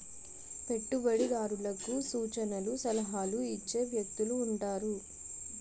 పెట్టుబడిదారులకు సూచనలు సలహాలు ఇచ్చే వ్యక్తులు ఉంటారు